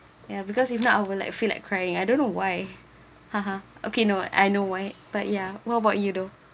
ya because if not I will like feel like crying I don't know why ha ha okay no I know why but ya what about you though